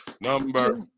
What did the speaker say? number